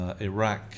Iraq